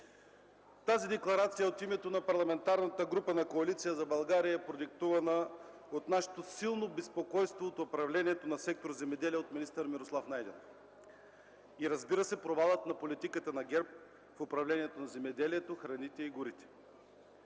Тази декларация от името на Парламентарната група на Коалиция за България е продиктувана от нашето силно безпокойство от управлението на сектор земеделие от министър Мирослав Найденов и, разбира се, провала на политиката на ГЕРБ в управлението на земеделието, храните и горите.